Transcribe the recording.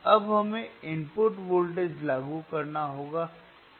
अब हमें input voltage लागू करना होगा